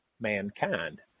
mankind